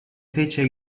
fece